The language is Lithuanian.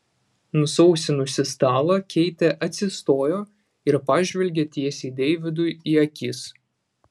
nusausinusi stalą keitė atsistojo ir pažvelgė tiesiai deividui į akis